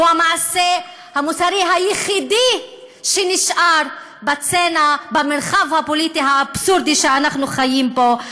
היא המעשה המוסרי היחידי שנשאר במרחב הפוליטי האבסורדי שאנחנו חיים בו.